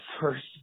first